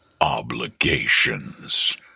obligations